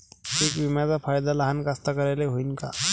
पीक विम्याचा फायदा लहान कास्तकाराइले होईन का?